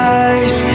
eyes